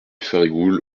farigoules